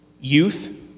Youth